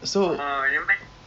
so like